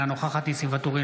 אינה נוכחת ניסים ואטורי,